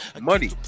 money